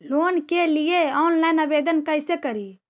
Loan के लिये online आवेदन कैसे करि?